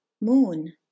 Moon